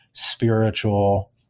spiritual